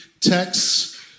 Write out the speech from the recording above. texts